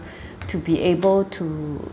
to be able to